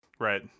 Right